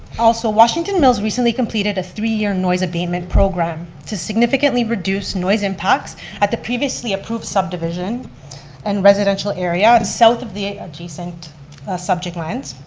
also, washington mills recently completed a three-year noise abatement program to significantly reduce noise impacts at the previously approved subdivision and residential area south of the adjacent subject lands.